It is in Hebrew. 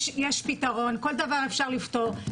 יש פתרון, כל דבר אפשר לפתור.